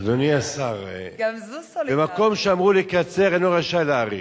אדוני השר, במקום שאמור לקצר, אינו רשאי להאריך.